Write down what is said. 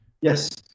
Yes